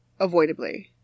avoidably